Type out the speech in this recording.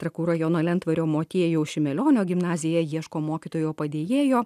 trakų rajono lentvario motiejaus šimelionio gimnazija ieško mokytojo padėjėjo